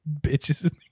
bitches